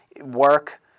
work